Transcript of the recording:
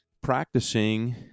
practicing